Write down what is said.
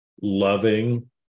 loving